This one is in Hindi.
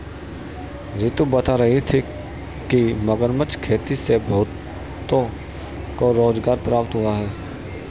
रितु बता रही थी कि मगरमच्छ खेती से बहुतों को रोजगार प्राप्त हुआ है